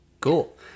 Cool